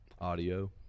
audio